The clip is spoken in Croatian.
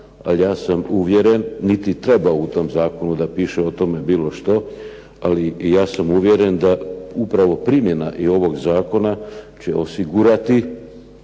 ali ja sam uvjeren niti treba u tom zakonu da piše o tome bilo što. Ali i ja sam uvjeren da upravo primjena i ovog zakona će osigurati